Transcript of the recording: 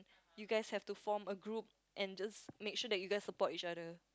you guys have to form a group and just make sure that you guys support each other